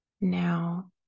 Now